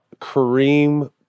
Kareem